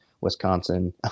Wisconsin